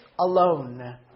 alone